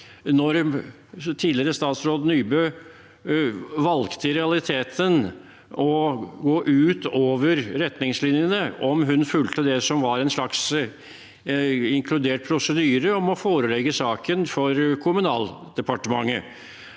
Da tidligere statsråd Nybø i realiteten valgte å gå utover retningslinjene, fulgte hun det som var en slags inkludert prosedyre om å forelegge saken for Kommunaldepartementet?